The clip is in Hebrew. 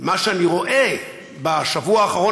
מה שאני רואה בשבוע האחרון,